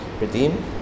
redeem